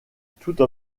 toute